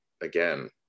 again